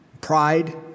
pride